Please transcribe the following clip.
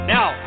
Now